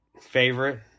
favorite